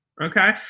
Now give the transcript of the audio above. okay